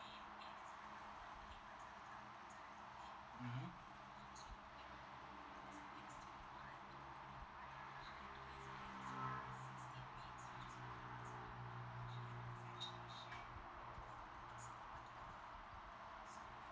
mmhmm